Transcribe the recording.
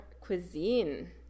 cuisine